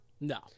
No